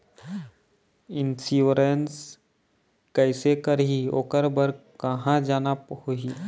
Insurance कैसे करही, ओकर बर कहा जाना होही?